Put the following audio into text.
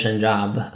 job